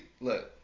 look